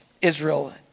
Israel